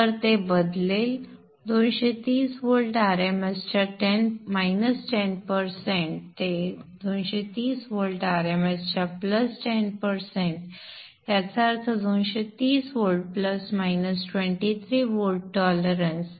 तर ते बदलेल 230 व्होल्ट RMS च्या 10 ते 230 व्होल्ट RMS च्या 10 याचा अर्थ 230 व्होल्ट 23 व्होल्ट टॉलरन्स